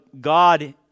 God